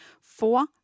Four